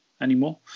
anymore